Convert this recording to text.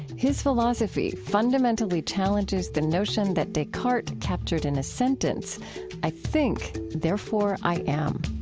his philosophy fundamentally challenges the notion that descartes captured in a sentence i think, therefore i am.